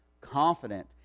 confident